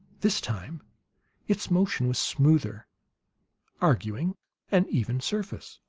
this time its motion was smoother arguing an even surface.